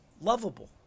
lovable